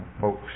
folks